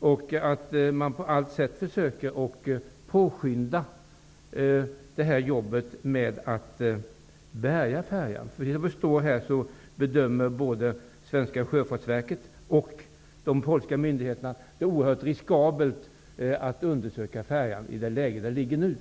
och att man på alla sätt försöker påskynda arbetet med att bärga färjan. Både det svenska sjöfartsverket och de polska myndigheterna bedömer det vara oerhört riskabelt att undersöka färjan i det läge den ligger i nu.